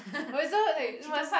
wait so wait it must